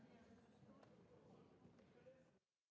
Merci